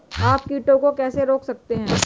आप कीटों को कैसे रोक सकते हैं?